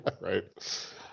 Right